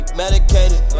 medicated